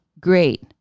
great